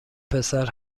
پسر